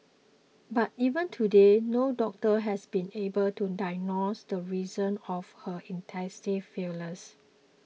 but even today no doctor has been able to diagnose the reason of her intestinal failure